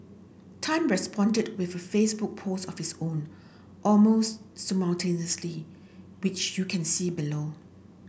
Tan responded with a Facebook post of his own almost simultaneously which you can see below